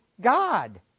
God